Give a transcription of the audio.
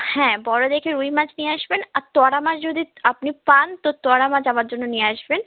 হ্যাঁ বড় দেখে রুই মাছ নিয়ে আসবেন আর টোরা মাছ যদি আপনি পান তো টোরা মাছ আমার জন্য নিয়ে আসবেন